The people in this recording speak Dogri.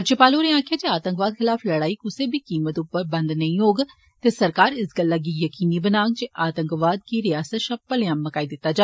राज्यपाल होरें आक्खेआ जे आतंकवाद खलाफ लड़ाई कुसै बी कीमत उप्पर बंद नेई होग ते सरकार इस गल्लै गी जकीनी बनाग जे आतंकवाद गी रिआसत षा भलेआं मकाई दित्ता जा